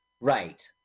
Right